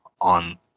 on